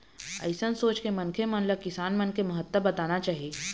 अइसन सोच के मनखे मन ल किसान मन के महत्ता बताना चाही